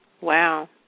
Wow